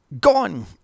gone